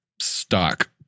stock